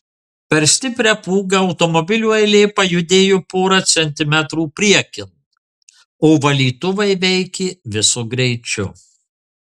per stiprią pūgą automobilių eilė pajudėjo porą centimetrų priekin o valytuvai veikė visu greičiu